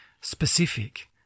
specific